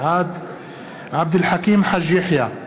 בעד עבד אל חכים חאג' יחיא,